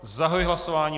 Zahajuji hlasování.